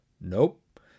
nope